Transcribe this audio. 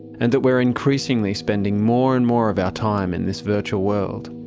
and that we're increasingly spending more and more of our time in this virtual world,